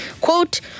Quote